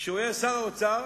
כשהוא היה שר האוצר